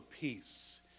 peace